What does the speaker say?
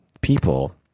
people